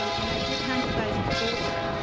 um and i did hand you guys a folder.